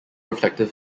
reflective